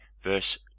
verse